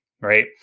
Right